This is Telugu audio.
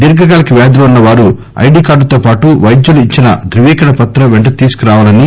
దీర్ఘకాలిక వ్యాధులు ఉన్న వారు ఐడీకార్లుతో పాటు వైద్యులు ఇచ్చిన ద్రువీకరణపత్రం వెంట తీసుకురావాలని